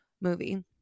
movie